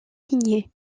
signés